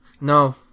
No